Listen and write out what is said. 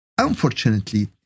unfortunately